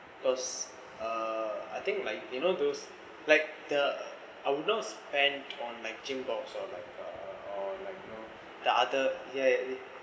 cause uh I think like you know those like the I would not spend on like gym balls or like uh or like you know the other ya